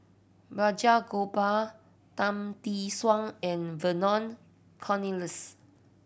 Balraj Gopal Tan Tee Suan and Vernon Cornelius